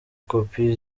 kopi